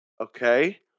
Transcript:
okay